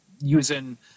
using